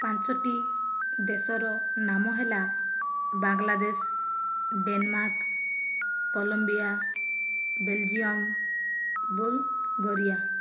ପାଞ୍ଚଟି ଦେଶର ନାମ ହେଲା Bangladesh Denmark Colombia Belgium Bulgaria